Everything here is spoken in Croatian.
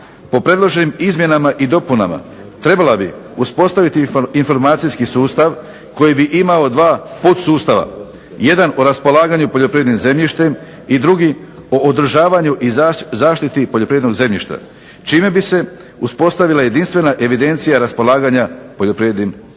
po predloženim izmjenama i dopunama trebala bi uspostaviti informacijski sustav koji bi imao dva podsustava, jedan o raspolaganju poljoprivrednim zemljištem i drugi o održavanju i zaštiti poljoprivrednog zemljišta čime bi se uspostavila jedinstvena evidencija raspolaganja poljoprivrednim zemljištem.